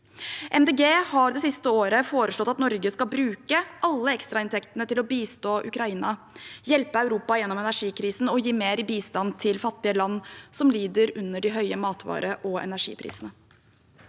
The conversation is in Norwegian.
har det siste året foreslått at Norge skal bruke alle ekstrainntektene til å bistå Ukraina, hjelpe Europa gjennom energikrisen og gi mer i bistand til fattige land som lider under de høye matvareog energiprisene.